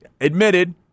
admitted –